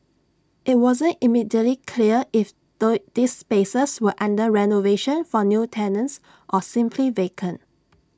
IT wasn't immediately clear if these spaces were under renovation for new tenants or simply vacant